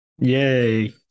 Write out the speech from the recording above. Yay